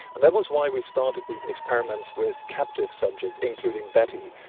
and that was why we started these experiments with captive subjects, including betty,